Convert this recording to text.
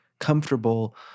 comfortable